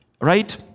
Right